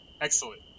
excellent